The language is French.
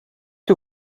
que